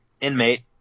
inmate